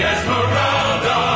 Esmeralda